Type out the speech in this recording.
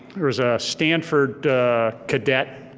there was a stanford cadet,